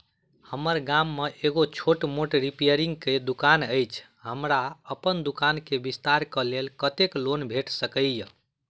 हम्मर गाम मे एगो छोट मोट रिपेयरिंग केँ दुकान अछि, हमरा अप्पन दुकान केँ विस्तार कऽ लेल कत्तेक लोन भेट सकइय?